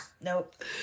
Nope